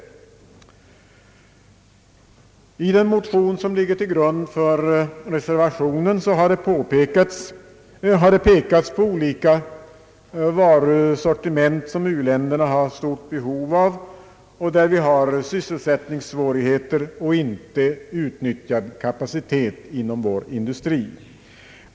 I den motion som ligger till grund för reservationen har det pekats på olika varusortiment som u-länderna har stort behov av och i fråga om vilka vi har icke utnyttjad kapacitet inom vår industri utan tvärtom sysselsättningssvårigheter.